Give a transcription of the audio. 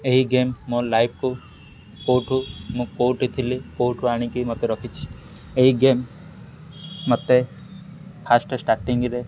ଏହି ଗେମ୍ ମୋ ଲାଇଫକୁ କେଉଁଠୁ ମୁଁ କେଉଁଠି ଥିଲି କେଉଁଠୁ ଆଣିକି ମୋତେ ରଖିଛି ଏହି ଗେମ୍ ମୋତେ ଫାଷ୍ଟ ଷ୍ଟାର୍ଟିଙ୍ଗରେ